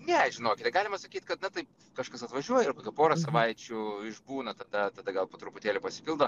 ne žinokite galima sakyt kad na taip kažkas atvažiuoja ir porą savaičių išbūna tada tada gal po truputėlį pasipildo